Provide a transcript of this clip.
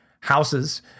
houses